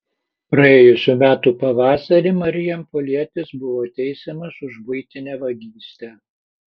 praėjusių metų pavasarį marijampolietis buvo teisiamas už buitinę vagystę